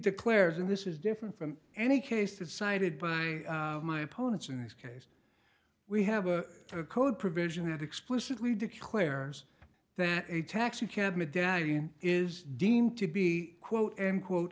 declares and this is different from any cases cited by my opponents in this case we have a code provision that explicitly declares that a taxicab medallion is deemed to be quote unquote